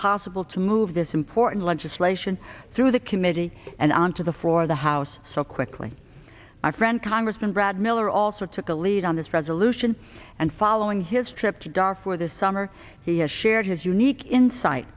possible to move this important legislation through the committee and onto the floor the house so quickly my friend congressman brad miller also took the lead on this resolution and following his trip to darfur this summer he has shared his unique in